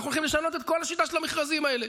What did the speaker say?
אנחנו הולכים לשנות את כל השיטה של המכרזים האלה,